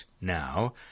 now